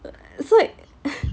所以